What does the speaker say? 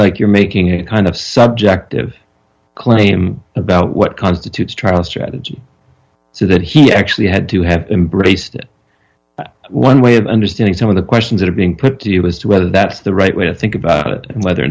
like you're making it kind of subjective claim about what constitutes trial strategy so that he actually had to have embraced it one way of understanding some of the questions that are being put to you as to whether that's the right way to think about it and whether